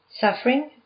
suffering